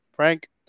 Frank